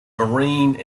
marine